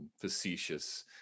facetious